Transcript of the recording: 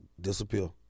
disappear